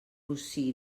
rossí